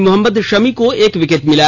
मोहम्मद शमी को एक विकेट मिला